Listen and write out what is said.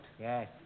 Yes